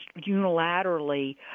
unilaterally